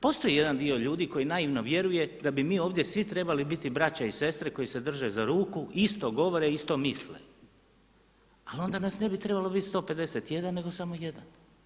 Postoji jedan dio ljudi koji naivno vjeruje da bi mi ovdje svi trebali biti braća i sestre koji se drže za ruku, isto govore i isto misle, ali onda nas ne bi trebalo biti 151 nego samo jedan.